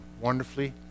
wonderfully